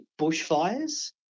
bushfires